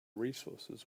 resources